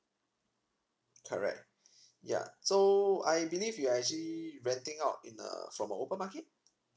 correct ya so I believe you are actually renting out in a from a open market